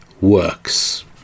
works